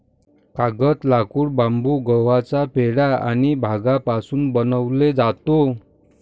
कागद, लाकूड, बांबू, गव्हाचा पेंढा आणि भांगापासून बनवले जातो